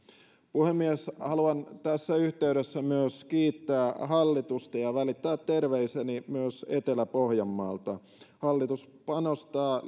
puhemies haluan tässä yhteydessä myös kiittää hallitusta ja välittää terveiseni myös etelä pohjanmaalta hallitus panostaa